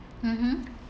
mmhmm